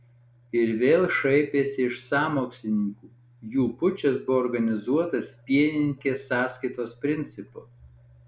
ir vėl šaipėsi iš sąmokslininkų jų pučas buvo organizuotas pienininkės sąskaitos principu